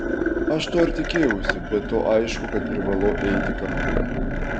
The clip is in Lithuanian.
aš to ir tikėjausi be to aišku kad privalau eiti kartu